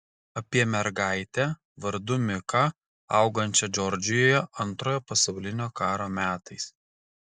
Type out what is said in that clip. apie mergaitę vardu miką augančią džordžijoje antrojo pasaulinio karo metais